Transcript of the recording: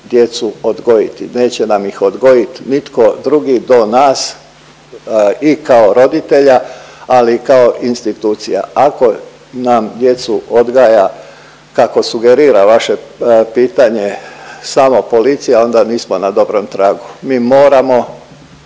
djecu odgojiti. Neće nam ih odgojit nitko drugi do nas i kao roditelja ali i kao institucija. Ako nam djecu odgaja, kako sugerira vaše pitanje samo policija, onda nismo na dobrom tragu. Mi moramo